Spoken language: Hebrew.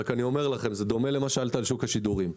רק זה דומה למה ששאלת על שוק השידורים.